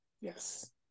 yes